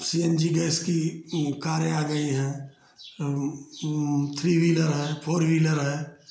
सी N G gas की कारें आ गई हैं थ्री व्हीलर है फ़ोर व्हीलर है